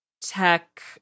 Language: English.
tech